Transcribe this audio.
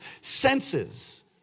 senses